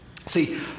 See